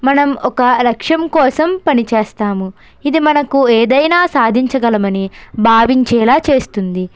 మనం ఒక లక్ష్యం కోసం పనిచేస్తాము ఇది మనకు ఏదైనా సాంధించగలమని భావించేలా చేస్తుంది